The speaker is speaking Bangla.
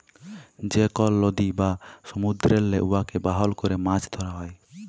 যে কল লদী বা সমুদ্দুরেল্লে উয়াকে বাহল ক্যরে মাছ ধ্যরা হ্যয়